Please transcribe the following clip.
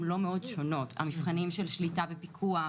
שונות מאוד: המבחנים של שליטה ופיקוח,